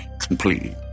completely